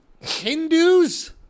Hindus